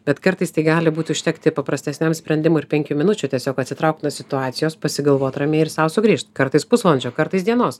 bet kartais tai gali būt užtekti paprastesniam sprendimui ir penkių minučių tiesiog atsitraukt nuo situacijos pasigalvot ramiai ir sau sugrįžt kartais pusvalandžio kartais dienos